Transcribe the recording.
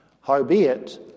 Howbeit